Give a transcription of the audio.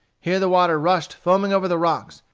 here the water rushed foaming over the rocks,